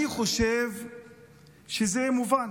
אני חושב שזה מובן